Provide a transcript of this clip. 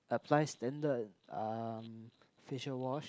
applies then the um facial wash